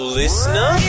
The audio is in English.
listener